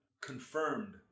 Confirmed